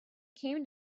came